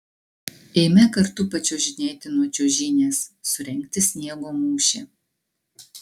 eime kartu pačiuožinėti nuo čiuožynės surengti sniego mūšį